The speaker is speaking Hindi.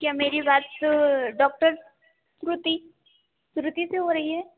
क्या मेरी बात डॉक्टर श्रुति श्रुति से हो रही है